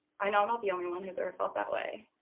i know i'm not the only one who's ever felt that way.